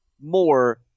more